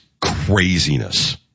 craziness